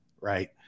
right